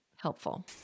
helpful